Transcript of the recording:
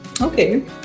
Okay